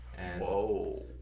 Whoa